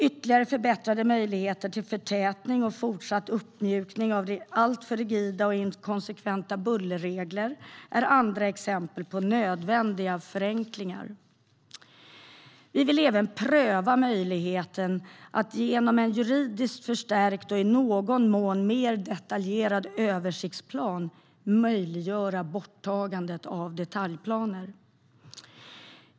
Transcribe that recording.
Ytterligare förbättrade möjligheter till förtätning och fortsatt uppmjukning av alltför rigida och inkonsekventa bullerregler är andra exempel på nödvändiga förenklingar. Vi vill även pröva möjligheten att genom en juridiskt förstärkt och i någon mån mer detaljerad översiktsplan möjliggöra borttagandet av detaljplaner.